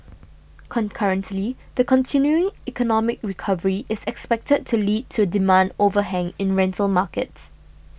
concurrently the continuing economic recovery is expected to lead to a demand overhang in rental markets